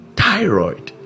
thyroid